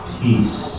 peace